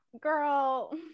girl